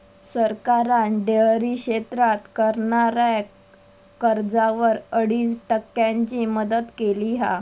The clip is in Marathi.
सरकारान डेअरी क्षेत्रात करणाऱ्याक कर्जावर अडीच टक्क्यांची मदत केली हा